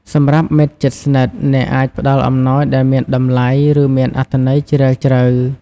សម្រាប់មិត្តជិតស្និទ្ធ អ្នកអាចផ្តល់អំណោយដែលមានតម្លៃ ឬមានអត្ថន័យជ្រាលជ្រៅ។